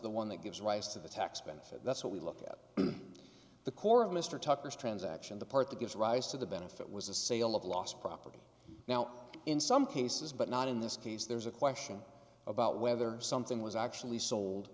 the one that gives rise to the tax benefit that's what we look at the core of mr tucker's transaction the part that gives rise to the benefit was the sale of lost property now in some cases but not in this case there's a question about whether something was actually sold